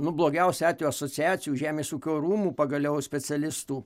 nu blogiausiu atveju asociacijų žemės ūkio rūmų pagaliau specialistų